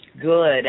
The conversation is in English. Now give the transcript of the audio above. good